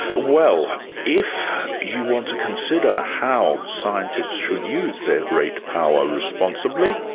well if you want to consider how scientists should use their great power responsibility,